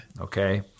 okay